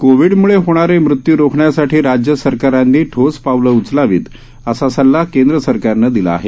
कोविडमुळे होणारे मृत्यू रोखण्यासाठी राज्य सरकारांनी ठोस पावलं उचलावीत असा सल्ला केंद्र सरकारनं दिला आहे